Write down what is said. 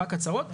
רק הצהרות.